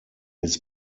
his